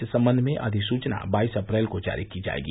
इस सम्बंध में अधिसूचना बाईस अप्रैल को जारी की जाएगी